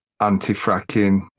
anti-fracking